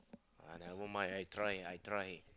uh never mind I try I try